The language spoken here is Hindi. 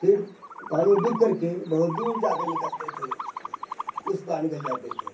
फिर पानी में डूब कर के बहुत दूर जा कर निकलते थे उस पार निकल जाते थे